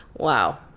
Wow